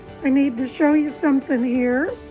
i need to show you something here.